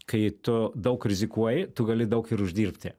kai tu daug rizikuoji tu gali daug ir uždirbti